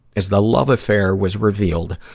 as the love affair was revealed,